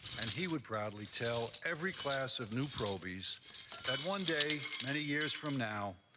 and he would proudly tell every class of new probe is that one day, many years from now,